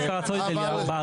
אפשר לעשות את זה ל-446.